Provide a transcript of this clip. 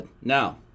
now